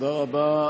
תודה רבה,